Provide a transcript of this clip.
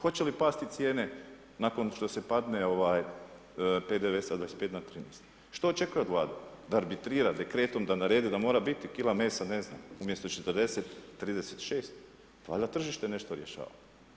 Hoće li pasti cijene nakon što se padne ovaj PDV sa 25 na 13, što očekuje od Vlade da arbitrira dekretom da mora biti kila mesa ne znam umjesto 40, 36 pa valjda tržište nešto rješava.